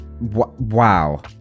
wow